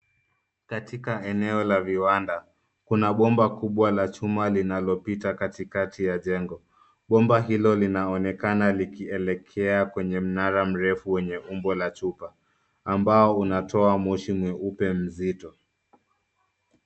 Katika eneo la viwanda, kuna bomba kubwa la chuma linalopita katikati ya jengo. Bomba hilo linaonekana likielekea kwenye mnara mrefu wenye umbo la chupa ambao unatoa moshi mweupe mzito.